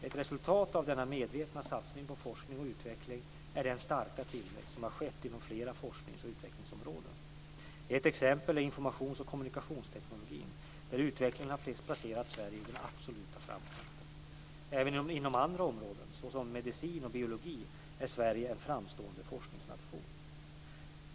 Ett resultat av denna medvetna satsning på forskning och utveckling är den starka tillväxt som har skett inom flera forsknings och utvecklingsområden. Ett exempel är informations och kommunikationsteknologin där utvecklingen har placerat Sverige i den absoluta framkanten. Även inom andra områden såsom medicin och biologi är Sverige en framstående forskningsnation.